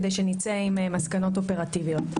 כדי שנצא עם מסקנות אופרטיביות.